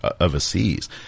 overseas